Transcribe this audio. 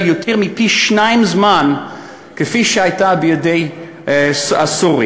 הוא יותר מפי-שניים ממשך הזמן שהייתה בידי הסורים.